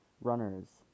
runners